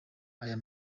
aya